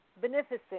beneficent